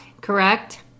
correct